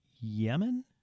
Yemen